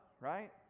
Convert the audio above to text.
right